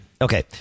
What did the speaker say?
Okay